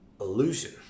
Illusion